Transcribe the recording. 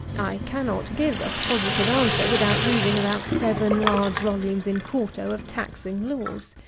i cannot give a positive answer without reading about seven large volumes in quarto of taxing laws.